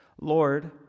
Lord